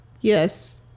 Yes